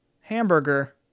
hamburger